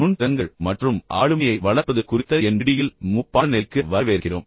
நுண் திறன்கள் மற்றும் ஆளுமையை வளர்ப்பது குறித்த NPTEL MOOC இன் பாடநெறிக்கு வரவேற்கிறோம்